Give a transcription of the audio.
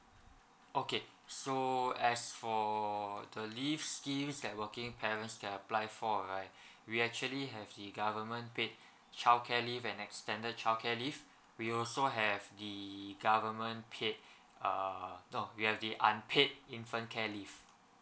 okay so as for the leave schemes that working parents can apply for right we actually have the government paid childcare leave and extended childcare leave we also have the government paid uh no we have the unpaid infant care leave